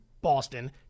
Boston